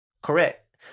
correct